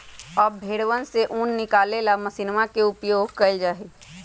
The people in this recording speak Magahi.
अब भेंड़वन से ऊन निकाले ला मशीनवा के उपयोग कइल जाहई